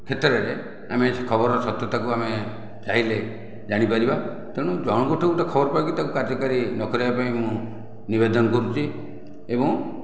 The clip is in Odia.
କ୍ଷେତ୍ରରେ ଆମେ ଖବର ସତ୍ୟତାକୁ ଆମେ ଚାହିଁଲେ ଜାଣିପାରିବା ତେଣୁ ଜଣଙ୍କଠାରୁ ଗୋଟିଏ ଖବର ପାଇକି ତାକୁ କାର୍ଯ୍ୟକାରୀ ନ କରିବାପାଇଁ ମୁଁ ନିବେଦନ କରୁଛି ଏବଂ